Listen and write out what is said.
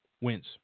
wins